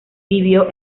vivió